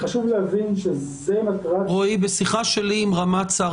חשוב להבין שזו מטרת רועי, בשיחה שלי עם רמ"ד שר